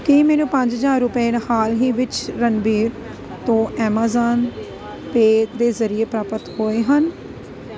ਕੀ ਮੈਨੂੰ ਪੰਜ ਹਜਾਰ ਰੁਪਏ ਹਾਲ ਹੀ ਵਿੱਚ ਰਣਬੀਰ ਤੋਂ ਐਮਾਜ਼ਾਨ ਪੇ ਦੇ ਜ਼ਰੀਏ ਪ੍ਰਾਪਤ ਹੋਏ ਹਨ